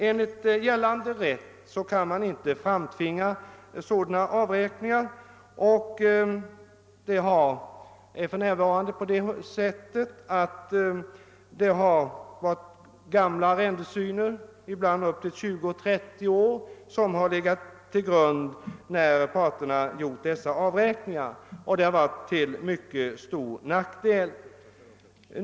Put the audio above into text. Enligt gällande rätt kan man inte framtvinga sådana avräkningar, och för närvarande kan upp till 20—30 år gamla arrendesyner ligga till grund för avräkning mellan parterna, vilket är till stor nackdel.